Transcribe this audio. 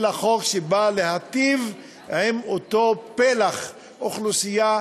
אלא חוק שבא להיטיב עם אותו פלח אוכלוסייה